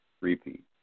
repeat